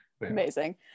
amazing